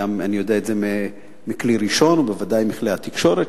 אני יודע את זה מכלי ראשון ובוודאי מכלי התקשורת,